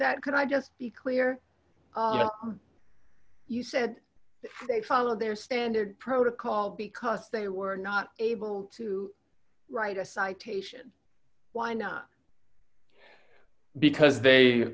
that could i just be clear you said they followed their standard protocol because they were not able to write a citation why not because they